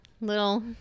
little